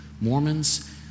Mormons